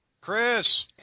Chris